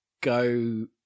go